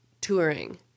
touring